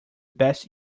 best